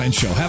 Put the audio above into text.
show